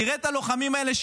תראה את הלוחמים האלה,